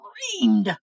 screamed